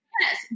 yes